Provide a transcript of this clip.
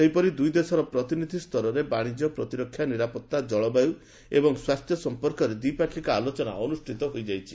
ସେହିପରି ଦୁଇ ଦେଶର ପ୍ରତିନିଧି ସ୍ତରରେ ବାଶିଜ୍ୟ ପ୍ରତିରକ୍ଷା ନିରାପତ୍ତା ଜଳବାୟୁ ଏବଂ ସ୍ୱାସ୍ଥ୍ୟ ସମ୍ପର୍କରେ ଦ୍ୱିପାକ୍ଷିକ ଆଲୋଚନା ଅନୁଷ୍ଠିତ ହୋଇଯାଇଛି